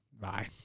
Bye